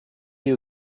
you